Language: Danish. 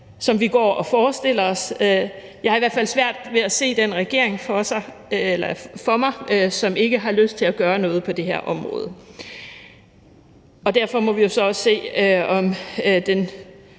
som vi går og forestiller os. Jeg har i hvert fald svært ved at se den regering for mig, som ikke har lyst til at gøre noget på det her område. Derfor må vi jo så også se, om den